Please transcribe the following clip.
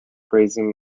grazing